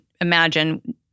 imagine